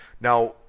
Now